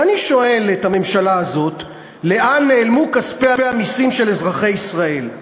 ואני שואל את הממשלה הזאת: לאן נעלמו כספי המסים של אזרחי ישראל?